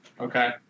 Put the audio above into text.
Okay